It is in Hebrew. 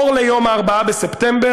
אור ליום 4 בספטמבר,